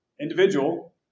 individual